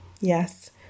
Yes